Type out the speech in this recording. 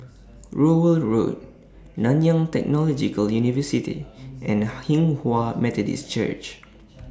Rowell Road Nanyang Technological University and Hinghwa Methodist Church